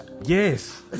yes